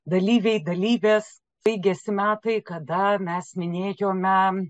dalyviai dalyvės baigiasi metai kada mes minėjome